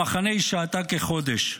במחנה היא שהתה כחודש,